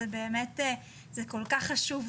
זה כל כך חשוב,